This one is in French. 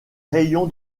rayon